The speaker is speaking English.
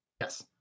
Yes